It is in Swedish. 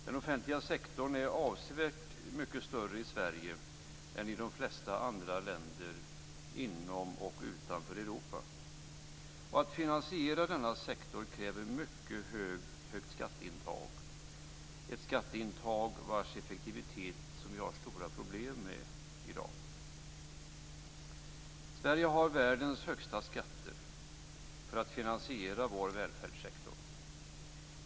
Den offentliga sektorn är avsevärt mycket större i Sverige än i de flesta andra länder i och utanför Europa. Att finansiera denna sektor kräver ett mycket högt skatteintag, vars effektivitet vi har stora problem med i dag. Sverige har världens högsta skatter för att finansiera vår välfärdssektor.